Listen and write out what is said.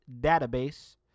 Database